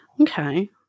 Okay